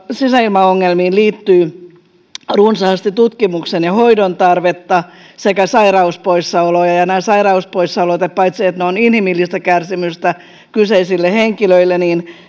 sisäilmaongelmiin liittyy runsaasti tutkimuksen ja hoidon tarvetta sekä sairauspoissaoloja ja paitsi että nämä sairauspoissaolot ovat inhimillistä kärsimystä kyseisille henkilöille